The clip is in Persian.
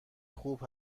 خوب